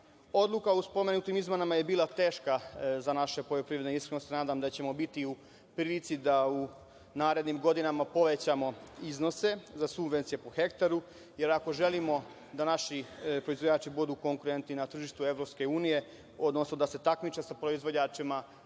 o spomenutim izmenama je bila teška za naše poljoprivrednike i iskreno se nadam da ćemo biti u prilici da u narednim godinama povećamo iznose za subvencije po hektaru, jer ako želimo da naši proizvođači budu konkurenti na tržištu EU, odnosno da se takmiče sa proizvođačima